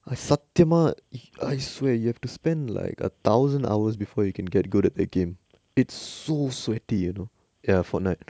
I சத்தியமா:sathiyama he I swear you have to spend like a thousand hours before you can get good at that game it's so sweaty you know ya fortnite